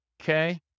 Okay